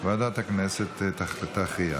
ועדת הכנסת תכריע.